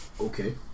Okay